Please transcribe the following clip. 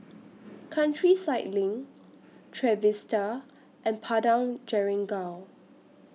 Countryside LINK Trevista and Padang Jeringau